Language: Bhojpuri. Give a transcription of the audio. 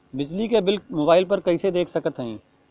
बिजली क बिल मोबाइल पर कईसे देख सकत हई?